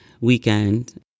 weekend